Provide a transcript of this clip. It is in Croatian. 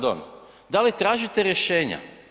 Da li tražite rješenja?